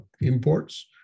imports